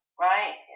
right